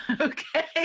Okay